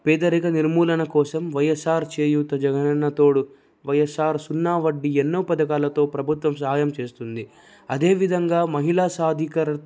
పేదరిక నిర్మూలన కోసం వైఎస్ఆర్ చేయూత జగన్ అన్న తోడు వైఎస్ఆర్ సున్నా వడ్డీ ఎన్నో పథకాలతో ప్రభుత్వం సహాయం చేస్తుంది అదే విధంగా మహిళా సాధీకరణ